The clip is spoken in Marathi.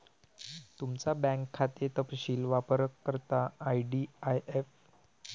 तुमचा बँक खाते तपशील वापरकर्ता आई.डी.आई.ऍफ़.सी कोड आणि शाखेच्या नावाने ऑनलाइन तपासा